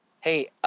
hey